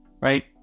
right